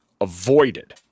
avoided